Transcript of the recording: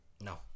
No